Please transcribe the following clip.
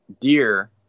deer